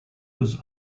was